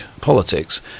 politics